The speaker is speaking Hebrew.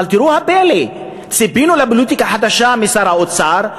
אבל תראו את הפלא: ציפינו לפוליטיקה חדשה משר האוצר,